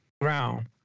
ground